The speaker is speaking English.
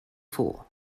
for